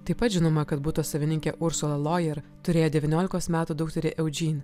taip pat žinoma kad buto savininkė ursula lojėr turėjo devyniolikos metų dukterį eudžin